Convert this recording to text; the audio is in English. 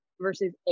versus